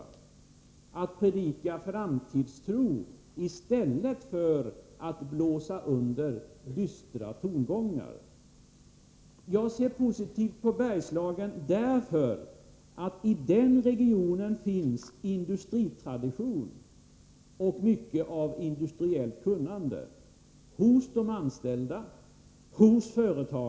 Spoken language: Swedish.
Det gäller att predika framtidstro i stället 45 för att underblåsa dystra tongångar. Jag ser positivt på Bergslagen därför att det i den regionen finns en industritradition och mycket av industriellt kunnande. Det gäller både de anställda och företagarna.